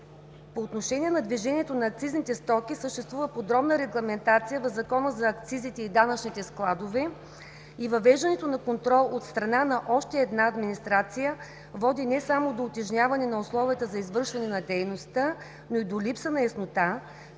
По отношение на движението на акцизните стоки съществува подробна регламентация в Закона за акцизите и данъчните складове и въвеждането на контрол от страна на още една администрация води не само до утежняване на условията за извършване на дейността, но и до липса на яснота